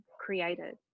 created